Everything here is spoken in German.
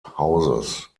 hauses